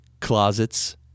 closets